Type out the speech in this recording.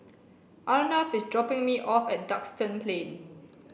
Arnav is dropping me off at Duxton Plain